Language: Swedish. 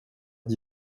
att